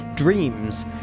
dreams